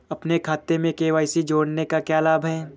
अपने खाते में के.वाई.सी जोड़ने का क्या लाभ है?